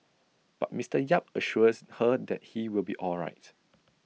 but Mister yap assures her that he will be all right